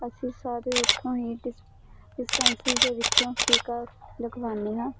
ਅਸੀਂ ਸਾਰੇ ਉੱਥੋਂ ਹੀ ਡਿਸ ਡਿਸਪੈਂਸਰੀ ਦੇ ਵਿੱਚੋਂ ਟੀਕਾ ਲਗਵਾਉਂਦੇ ਹਾਂ